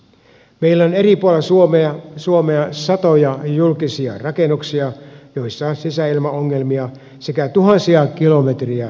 meillä on eri puolilla suomea satoja julkisia rakennuksia joissa on sisäilmaongelmia sekä tuhansia kilometrejä huonokuntoisia maanteitä